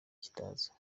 kitazwi